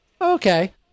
Okay